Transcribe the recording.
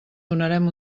donarem